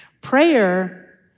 prayer